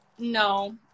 No